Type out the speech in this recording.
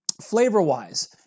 Flavor-wise